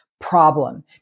problem